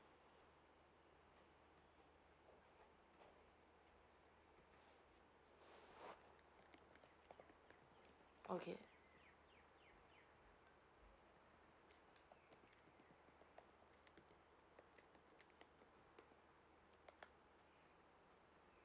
okay